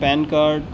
pan card